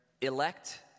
elect